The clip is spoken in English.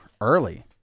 early